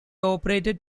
operated